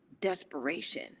desperation